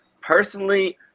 Personally